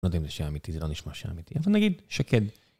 אני לא יודע שאמיתי, זה לא נשמע שאמיתי, אבל נגיד שכן.